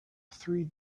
three